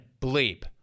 bleep